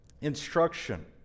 instruction